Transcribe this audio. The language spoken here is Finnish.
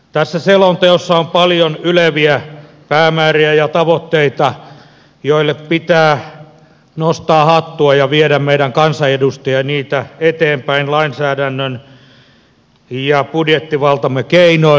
tässä selonteossa on paljon yleviä päämääriä ja tavoitteita joille pitää nostaa hattua ja joita meidän kansanedustajien pitää viedä eteenpäin lainsäädännön ja budjettivaltamme keinoin